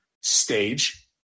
stage